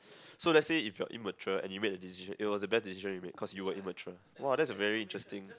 so let's say if you're immature and you make the decision it was a bad decision you made cause you were immature !wah! that's a very interesting